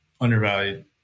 Undervalued